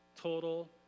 total